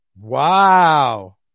Wow